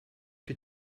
que